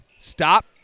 stop